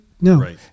No